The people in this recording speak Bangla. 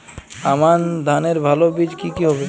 আমান ধানের ভালো বীজ কি কি হবে?